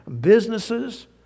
businesses